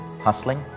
hustling